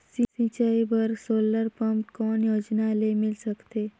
सिंचाई बर solar pump कौन योजना ले मिल सकथे?